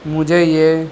مجھے یہ